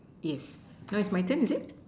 yes now is my turn is it